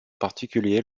particulier